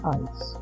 ice